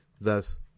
Thus